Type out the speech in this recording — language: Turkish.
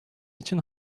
için